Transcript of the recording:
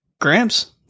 Gramps